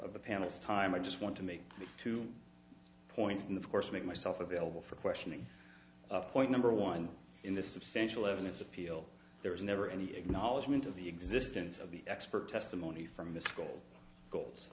the panels time i just want to make two points on the course make myself available for questioning point number one in the substantial evidence appeal there was never any acknowledgement of the existence of the expert testimony from the school g